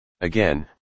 Again